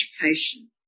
education